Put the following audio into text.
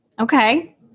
okay